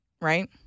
right